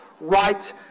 right